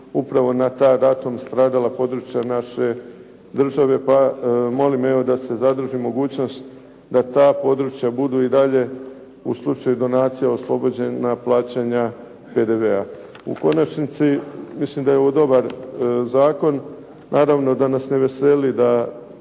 upravo na ta ratom stradala područja naše države pa molim evo da se zadrži mogućnost da ta područja budu i dalje u slučaju donacija oslobođena plaćanja PDV-a. U konačnici, mislim da je ovo dobar zakon. Naravno da nas ne veseli da